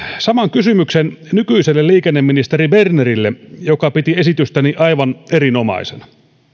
saman kysymyksen nykyiselle liikenneministeri bernerille joka piti esitystäni aivan erinomaisena